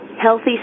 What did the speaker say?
healthy